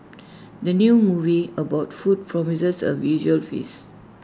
the new movie about food promises A visual feast